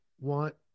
want